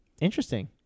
Interesting